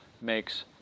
makes